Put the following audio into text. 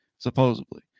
supposedly